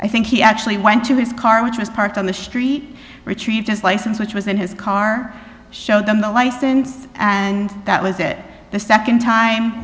i think he actually went to his car which was parked on the street retrieved his license which was in his car showed them the license and that was it the nd time